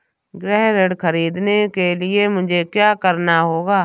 गृह ऋण ख़रीदने के लिए मुझे क्या करना होगा?